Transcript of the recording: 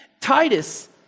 Titus